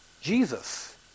Jesus